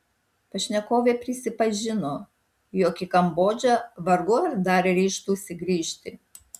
pašnekovė prisipažino jog į kambodžą vargu ar dar ryžtųsi grįžti